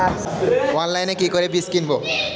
অনলাইনে কি করে বীজ কিনব?